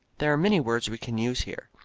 there are many words we can use here.